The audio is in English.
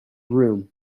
room